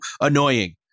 annoying